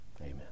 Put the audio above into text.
Amen